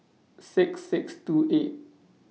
six six two eight